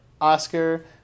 Oscar